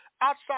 outside